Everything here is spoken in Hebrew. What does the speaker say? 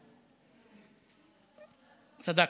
צדקת,